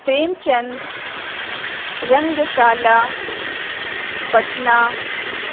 Prem Chand Rangshala Patna